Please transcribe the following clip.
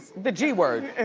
the g word.